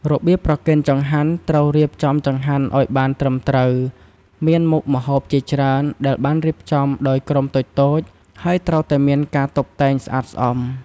របៀបប្រគេនចង្ហាន់ត្រូវរៀបចំចង្ហាន់ឲ្យបានត្រឹមត្រូវ មានមុខម្ហូបជាច្រើន ដែលបានរៀបចំដោយក្រុមតូចៗ ហើយត្រូវតែមានការតុបតែងស្អាតស្អំ។